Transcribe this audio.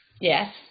Yes